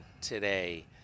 today